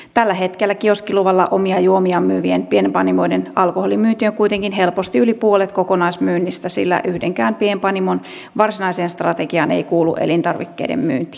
tällä hetkellä kioskiluvalla omia juomiaan myyvien pienpanimoiden alkoholimyynti on kuitenkin helposti yli puolet kokonaismyynnistä sillä yhdenkään pienpanimon varsinaiseen strategiaan ei kuulu elintarvikkeiden myynti